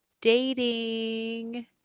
dating